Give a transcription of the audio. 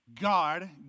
God